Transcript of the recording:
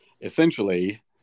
essentially